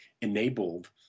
enabled